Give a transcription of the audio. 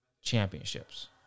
Championships